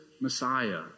Messiah